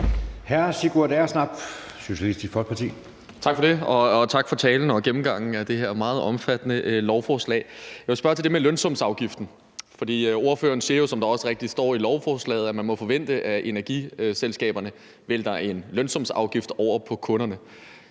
12:08 Sigurd Agersnap (SF): Tak for det. Og tak for talen og gennemgangen af det her meget omfattende lovforslag. Jeg vil spørge til det med lønsumsafgiften, for ordføreren siger jo, som der også rigtigt står i lovforslaget, at man må forvente, at energiselskaberne vælter en lønsumsafgift over på kunderne.